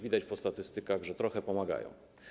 Widać po statystykach, że trochę pomagają.